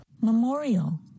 Memorial